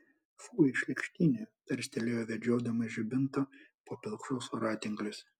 fui šlykštynė tarstelėjo vedžiodamas žibintu po pilkšvus voratinklius